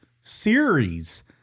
series